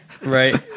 Right